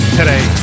today